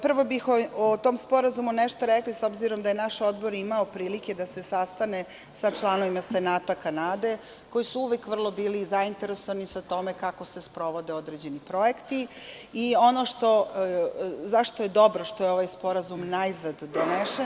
Prvo bih o tom sporazumu nešto rekla, s obzirom da je naš Odbor imao prilike da se sastane sa članovima Senata Kanade, koji su uvek vrlo bili zainteresovani sa time kako se sprovode određeni projekti i ono za što je dobro što je ovaj sporazum najzad donesen.